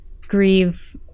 grieve